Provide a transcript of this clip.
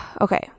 Okay